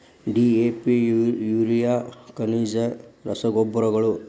DAP urea ಖನಿಜ ರಸಗೊಬ್ಬರಗಳು